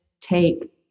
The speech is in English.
take